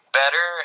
better